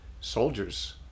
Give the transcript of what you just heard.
soldiers